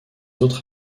autres